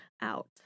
out